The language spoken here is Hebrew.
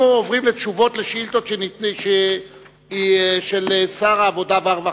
אנחנו עוברים לתשובות לשאילתות של שר העבודה והרווחה.